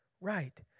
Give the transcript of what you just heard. right